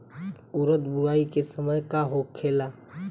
उरद बुआई के समय का होखेला?